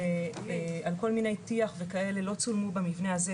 על כל מיני טיח וכאלה-לא צולמו במבנה הזה,